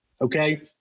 Okay